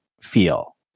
feel